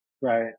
Right